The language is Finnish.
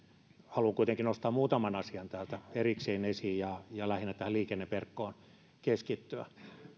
haluan kuitenkin nostaa muutaman asian täältä erikseen esiin ja ja lähinnä tähän liikenneverkkoon keskittyä